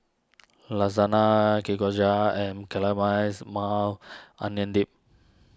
Lasagna and Maui Onion Dip